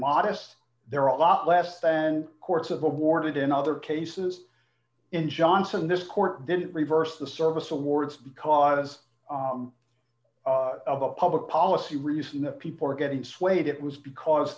modest there are a lot less than courts of awarded in other cases in johnson this court didn't reverse the service awards because of a public policy reason that people are getting swayed it was because